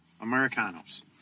Americanos